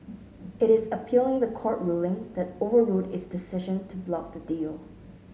it is appealing the court ruling that overruled its decision to block the deal